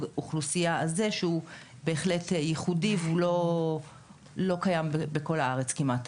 אוכלוסייה הזה שהוא בהחלט ייחודי והוא לא קיים בכל הארץ כמעט.